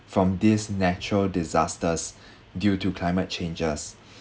from these natural disasters due to climate changes